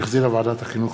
שהחזירה ועדת החינוך,